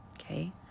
okay